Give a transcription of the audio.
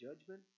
judgment